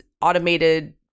automated